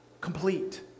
complete